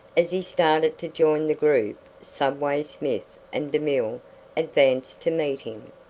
as he started to join the group subway smith and demille advanced to meet him.